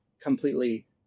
completely